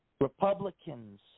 Republicans